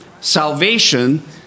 salvation